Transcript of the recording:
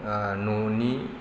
न'नि